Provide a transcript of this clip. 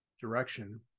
direction